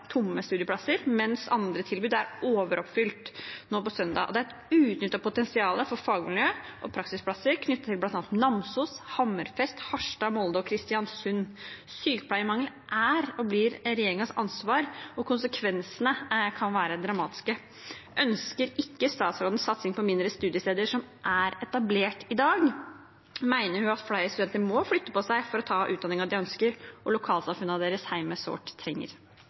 tomme studieplasser, mens andre tilbud er overoppfylt, og det er et uutnyttet potensial for fagmiljø og praksisplasser i bl.a. Namsos, Hammerfest, Harstad, Molde og Kristiansund. Sykepleiermangelen er og blir regjeringens ansvar, og konsekvensene kan være dramatiske. Ønsker ikke statsråden satsing på mindre studiesteder som er etablert i dag? Mener hun at flere studenter må flytte på seg for å ta utdanningen de ønsker, og som lokalsamfunnene deres hjemme så sårt trenger?